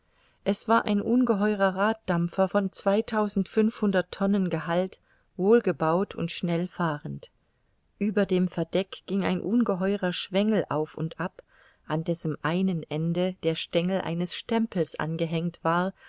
es war ein ungeheurer raddampfer von zweitausendfünfhundert tonnen gehalt wohlgebaut und schnell fahrend ueber dem verdeck ging ein ungeheurer schwengel auf und ab an dessen einem ende der stengel eines stempels angehängt war